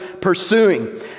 pursuing